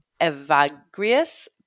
Evagrius